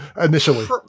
initially